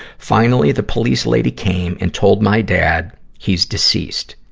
finally, the police lady came and told my dad he's deceased,